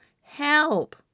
help